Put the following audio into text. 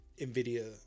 NVIDIA